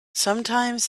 sometimes